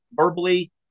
verbally